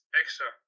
extra